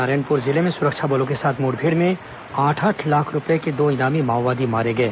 नारायणपुर जिले में सुरक्षा बलों के साथ मुठभेड़ में आठ आठ लाख रूपये के दो इनामी माओवादी मारे गए